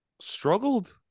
struggled